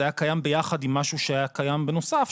זה היה קיים עם משהו שהיה קיים בנוסף,